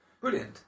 Brilliant